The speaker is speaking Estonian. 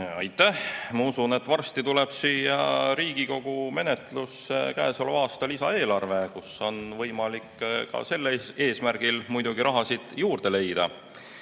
Aitäh! Ma usun, et varsti tuleb siia Riigikogu menetlusse käesoleva aasta lisaeelarve, kus on võimalik ka sellel eesmärgil muidugi rahasid juurde leida.